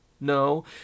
No